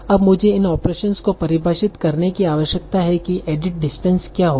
अब मुझे इन ओपरेसंस को परिभाषित करने की आवश्यकता है कि एडिट डिस्टेंस क्या होगी